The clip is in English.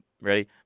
Ready